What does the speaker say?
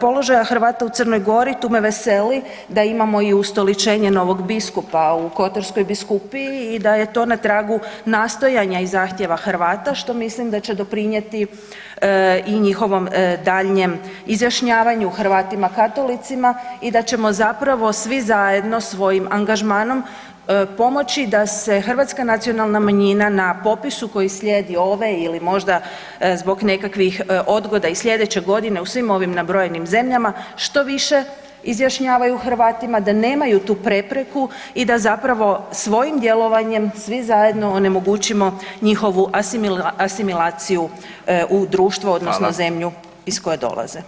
položaja Hrvata u Crnog Gori tu me veseli da imamo i ustoličenje novog biskupa u Kotarskoj biskupiji i da je to na tragu nastojanja i zahtjeva Hrvata što mislim da će doprinijeti i njihovom daljnjem izjašnjavanju o Hrvatima katolicima i da ćemo zapravo svi zajedno svojim angažmanom pomoći da se hrvatska nacionalna manjina na popisu koji slijedi ove ili možda zbog nekakvih odgoda i slijedeće godine u svim ovim nabrojenim zemljama što više izjašnjavaju Hrvatima, da nemaju tu prepreku i da zapravo svojim djelovanjem svi zajedno onemogućimo njihovu asimilaciju u društvo odnosno zemlju [[Upadica: Hvala.]] iz koje dolaze.